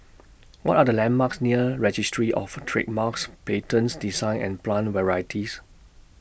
What Are The landmarks near Registries of Trademarks Patents Designs and Plant Varieties